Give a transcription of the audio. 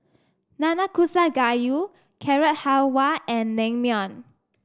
Nanakusa Gayu Carrot Halwa and Naengmyeon